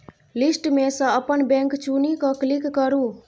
list मे सँ अपन बैंक चुनि कए क्लिक करु